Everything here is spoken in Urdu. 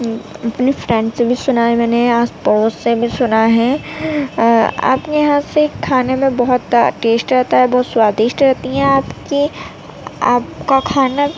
اپنی فرینڈ سے بھی سنا ہے میں نے آس پڑوس سے بھی سنا ہے آپ کے یہاں سے کھانے میں بہت ٹیسٹ رہتا ہے اور بہت سواڈشٹ رہتی ہیں آپ کی آپ کا کھانا